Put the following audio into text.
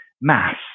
mass